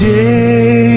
day